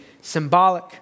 symbolic